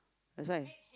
that's why